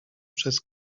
przez